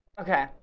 Okay